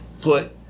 put